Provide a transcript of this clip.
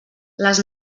les